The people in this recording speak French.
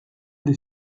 des